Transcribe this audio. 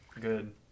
Good